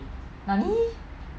nani